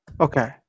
Okay